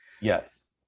Yes